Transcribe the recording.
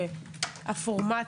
מה הפורמט?